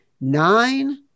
nine